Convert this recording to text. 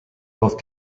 both